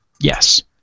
Yes